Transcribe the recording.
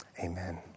Amen